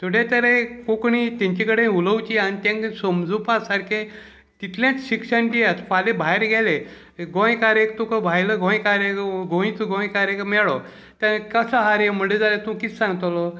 थोडे तरे कोंकणी तेंचे कडेन उलोवची आनी तेंका समजुपा सारकें तितलेंच शिक्षण दियात फाल्यां भायर गेले गोंयकार एक तुका भायलो गोंयकारेक गोंयचो गोंयकारेक मेळ्ळो ते कसो आहा रे म्हणटा जाल्यार तूं कित सांगतलो